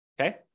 okay